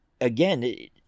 again